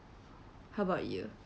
how about you